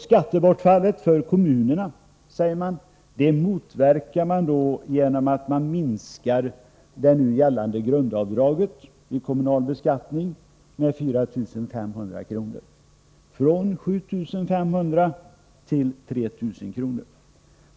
Skattebortfallet för kommunen, säger man, motverkas genom att man minskar det nuvarande grundavdraget vid kommunal beskattning med 4 500 kr. — från 7 500 till 3 000 kr.